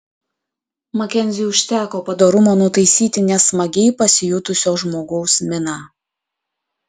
makenziui užteko padorumo nutaisyti nesmagiai pasijutusio žmogaus miną